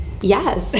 Yes